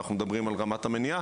ואנחנו מדברים על רמת המניעה,